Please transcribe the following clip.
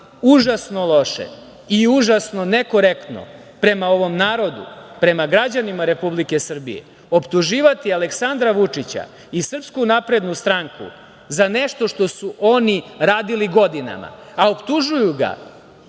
Užasno je loše i užasno nekorektno prema ovom narodu, prema građanima Republike Srbije optuživati Aleksandra Vučića i SNS za nešto što su oni radili godinama, a optužuju ga,